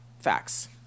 facts